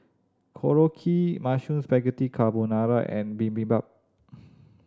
Korokke Mushroom Spaghetti Carbonara and Bibimbap